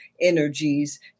energies